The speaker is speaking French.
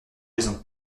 raisons